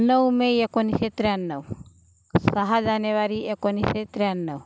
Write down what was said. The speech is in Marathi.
नऊ मे एकोणीसशे त्र्याण्णव सहा जानेवारी एकोणीसशे त्र्याण्णव